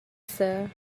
sir